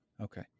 okay